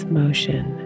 motion